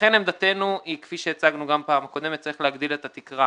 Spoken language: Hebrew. לכן עמדתנו היא כפי שהצגנו גם בפעם הקודמת: צריך להגדיל את התקרה